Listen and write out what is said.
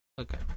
Okay